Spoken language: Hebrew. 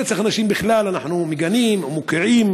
רצח נשים בכלל אנחנו מגנים ומוקיעים,